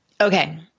Okay